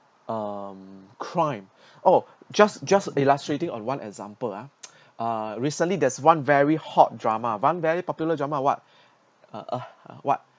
um crime or just just illustrating on one example ah uh recently there's one very hot drama one very popular drama what uh what